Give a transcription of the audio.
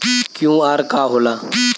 QR का होला?